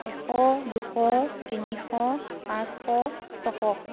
এশ দুশ তিনিশ পাঁচশ ছশ